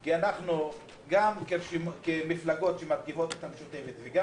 כי גם כמפלגות שמרכיבות את הרשימה המשותפת וגם